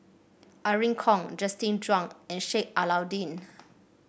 Irene Khong Justin Zhuang and Sheik Alau'ddin